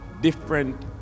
different